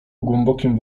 głębokim